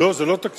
יש משתמטים